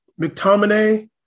McTominay